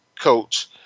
coach